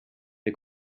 the